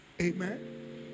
Amen